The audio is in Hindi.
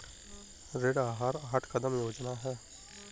ऋण आहार आठ कदम योजना है